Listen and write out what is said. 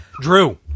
Drew